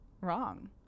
wrong